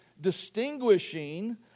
distinguishing